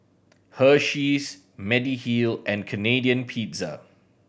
Hersheys Mediheal and Canadian Pizza